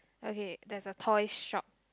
okay there's a toy shop